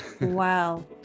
Wow